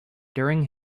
during